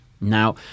Now